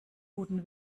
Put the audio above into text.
guten